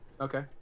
Okay